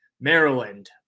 Maryland